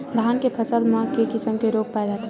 धान के फसल म के किसम के रोग पाय जाथे?